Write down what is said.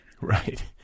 Right